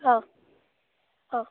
অঁ অঁ